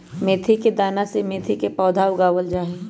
मेथी के दाना से मेथी के पौधा उगावल जाहई